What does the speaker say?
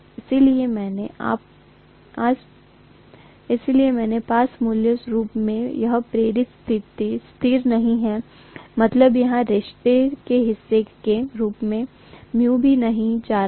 इसलिए मेरे पास मूल रूप से यह प्रेरण स्थिर नहीं है मतलब यहाँ रिश्ते के हिस्से के रूप में μ भी नहीं जा रहा